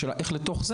השאלה איך מתכנסים.